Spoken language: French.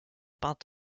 peint